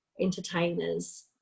entertainers